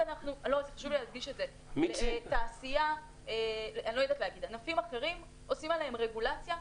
על ענפים אחרים עושים רגולציה,